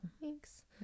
Thanks